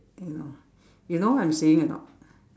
you know you know what I'm saying or not